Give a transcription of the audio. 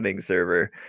server